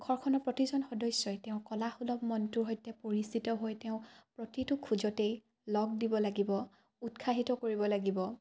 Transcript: ঘৰখনৰ প্ৰতিজন সদস্যই তেওঁ কলাসুলভ মনটোৰ সৈতে পৰিচিত হৈ তেওঁ প্ৰতিটো খোজতেই লগ দিব লাগিব উৎসাহিত কৰিব লাগিব